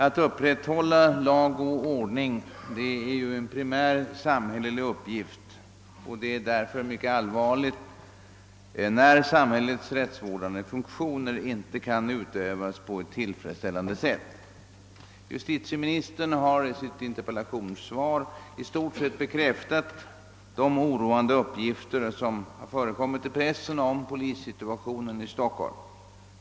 Att upprätthålla lag och ordning är en primär samhällelig uppgift. Därför är det mycket allvarligt, när samhällets rättsvårdande funktioner inte kan utövas på tillfredsställande sätt. Justitieministern har i sitt interpellationssvar i stort sett bekräftat de uppgifter som förekommit i pressen rörande polissituationen i Stockholm.